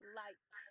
light